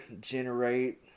generate